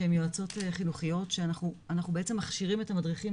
שהם יועצות חינוכיות שאנחנו בעצם מכשירים את המדריכים